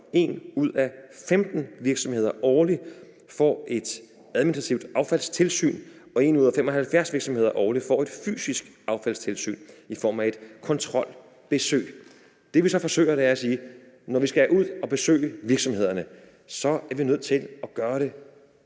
1 ud af 15 virksomheder årligt får et administrativt affaldstilsyn og 1 ud af 75 virksomheder årligt får et fysisk affaldstilsynet i form af et kontrolbesøg. Det, vi så forsøger, er at sige, at vi er nødt til at besøge virksomhederne, når der størst